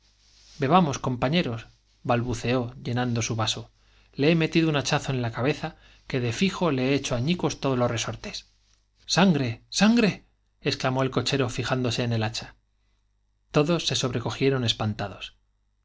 bebamos compañeros balbuceó ilenando su vaso le he metido un hachazo en la cabeza que de fijo le he hecho añicos todos los resortes sangre i sangre exclamó el cochero fiján dose en el hacha todos se sobrecogieron espantados